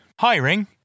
Hiring